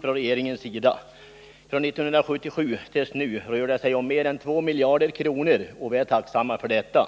från regeringen. Från 1977 till nu rör det sig om mer än 2 miljarder kronor, och vi är tacksamma för detta.